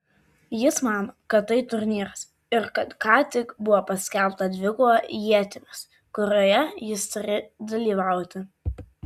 jis mano kad tai turnyras ir kad ką tik buvo paskelbta dvikova ietimis kurioje jis turi dalyvauti